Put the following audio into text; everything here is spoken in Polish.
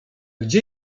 gdzie